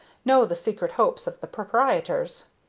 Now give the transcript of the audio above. knows the secret hopes of the proprietors.